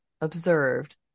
observed